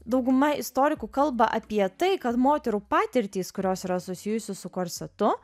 dauguma istorikų kalba apie tai kad moterų patirtys kurios yra susijusios su korsetu